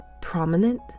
prominent